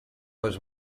was